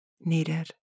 needed